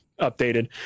updated